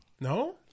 No